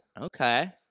Okay